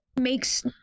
makes